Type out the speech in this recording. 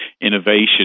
innovation